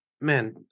man